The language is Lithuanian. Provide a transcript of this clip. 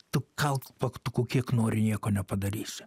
tu kalk plaktuku kiek nori nieko nepadarysi